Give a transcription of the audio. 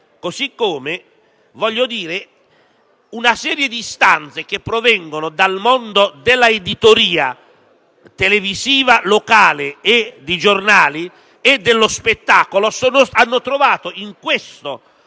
Così come una serie di istanze che provengono dal mondo dell'editoria, televisiva locale e di giornali, e dello spettacolo hanno trovato in questo